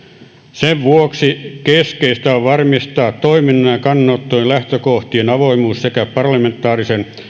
sen vuoksi keskeistä on varmistaa toiminnan ja ja kannanottojen lähtökohtien avoimuus sekä parlamentaarinen